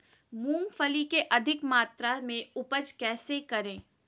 मूंगफली के अधिक मात्रा मे उपज कैसे करें?